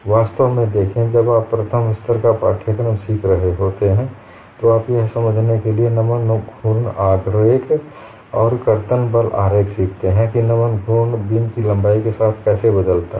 वास्तव में देखें जब आप प्रथम स्तर का पाठ्यक्रम सीख रहे होते हैं तो आप यह समझने के लिए नमन घूर्ण आरेख और कर्तन बल आरेख सीखते हैं कि नमन घूर्ण बीम की लंबाई के साथ कैसे बदलता है